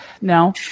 No